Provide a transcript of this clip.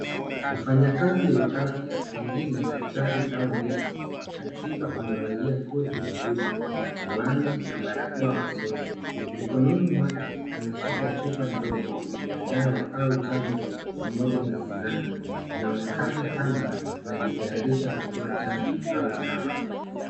Mfanyakazi wa afya pengine daktari au nesi akiwa amevalia koti jeupe, miwani na barakoa usoni, mikononi mwake anashika chupa ndogo ya dawa au chanjo pamoja na sindano inaonekana kama anajitayarisha kutoa chanjo au dawa.